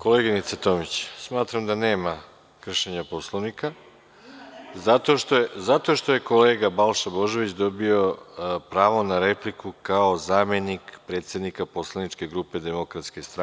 Koleginice Tomić, smatram da nema kršenja Poslovnika, zato što je kolega Balša Božović dobio pravo na repliku kao zamenik predsednika Poslaničke grupe DS,